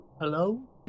Hello